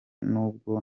n’ubwo